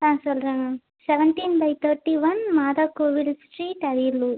ஆ சொல்கிறேங்க seventeen by thirty one Mata Kovil street Ariyalur